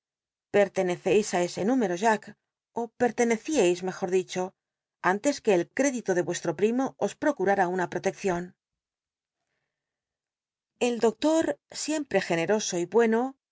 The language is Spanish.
pertenecéis á ese número jack ó pcrlencciai s mejor dicho antes que el crédito de yuestro primo os procurnra una proteccion el doctor siempre generoso y bueno